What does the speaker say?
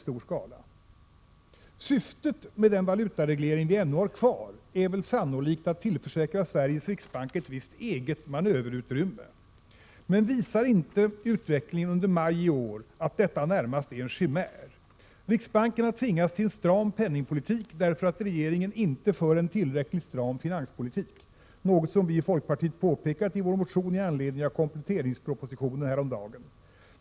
Syftet med den valutareglering som vi ännu har kvar är väl sannolikt att tillförsäkra Sveriges riksbank ett visst ”eget” manöverutrymme. Men visar inte utvecklingen under maj i år att detta närmast är en chimär? Riksbanken har tvingats till en stram penningpolitik därför att regeringen inte för en tillräckligt stram finanspolitik, något som vi i folkpartiet har påpekat i vår motion i anledning av kompletteringspropositionen häromdagen.